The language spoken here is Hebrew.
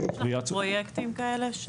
יש לכם פרויקטים כאלה?